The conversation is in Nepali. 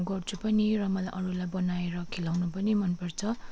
गर्छु पनि र मलाई अरूलाई बनाएर खिलाउनु पनि मनपर्छ